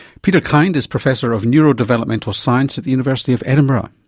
peter kind is professor of neurodevelopmental science at the university of edinburgh.